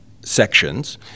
sections